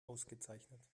ausgezeichnet